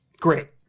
great